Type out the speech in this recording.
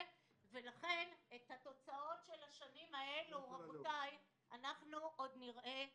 לכן את התוצאות של השנים האלה עוד נראה לעתיד.